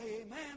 amen